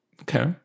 Okay